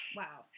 wow